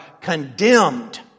condemned